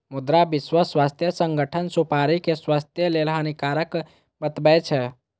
मुदा विश्व स्वास्थ्य संगठन सुपारी कें स्वास्थ्य लेल हानिकारक बतबै छै